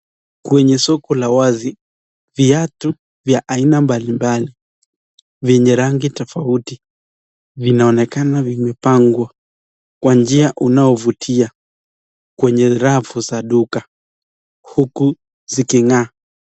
Kwenye soko la wazi viatu vya aina mbali mbali venye rangi tofauti vinaonekana vimepangwa kwa njia unaovutia kwenye rafu za duka huku ziking'aa.